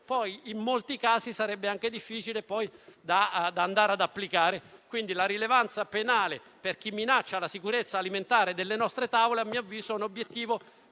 poi in molti casi sarebbe anche difficile da applicare. Pertanto, la rilevanza penale per chi minaccia la sicurezza alimentare delle nostre tavole, a mio avviso, è un obiettivo